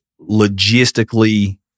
logistically